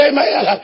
Amen